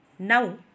Now